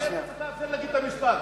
אתה לא נותן לסיים את המשפט,